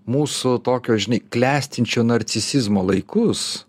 mūsų tokio klestinčio narcisizmo laikus